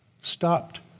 stopped